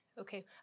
Okay